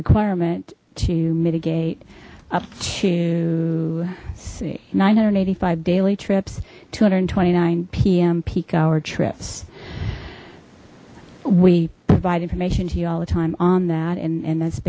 requirement to mitigate up to see nine hundred and eighty five daily trips two hundred and twenty nine p m peak hour trips we provide information to you all the time on that and and